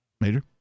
Major